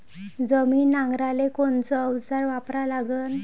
जमीन नांगराले कोनचं अवजार वापरा लागन?